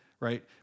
right